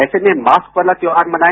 ऐसे में मास्क वाला त्यौहार मनाए